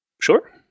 Sure